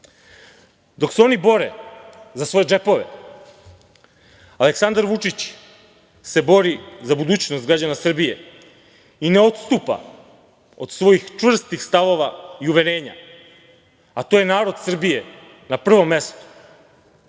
se oni bore za svoje džepove, Aleksandar Vučić se bori za budućnost građana Srbije i ne odstupa od svojih čvrstih stavova i uverenja, a to je narod Srbije na prvom mestu.